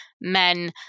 men